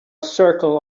circle